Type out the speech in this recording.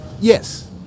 yes